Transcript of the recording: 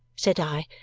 said i.